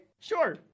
Sure